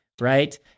right